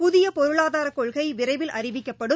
புதிய பொருளாதார கொள்கை விரைவில் அறிவிக்கப்படும்